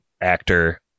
Actor